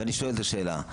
ואני שואל את השאלה.